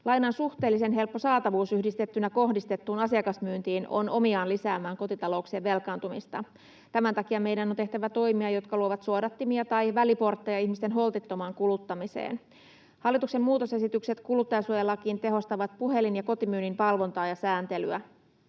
Lainan suhteellisen helppo saatavuus yhdistettynä kohdistettuun asiakasmyyntiin on omiaan lisäämään kotitalouksien velkaantumista. Tämän takia meidän on tehtävä toimia, jotka luovat suodattimia tai väliportteja ihmisten holtittomaan kuluttamiseen. Hallituksen muutosesitykset kuluttajansuojalakiin tehostavat puhelin‑ ja kotimyynnin valvontaa ja sääntelyä.